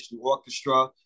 Orchestra